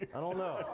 i don't know,